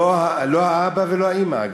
לא האבא ולא האימא.